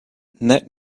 net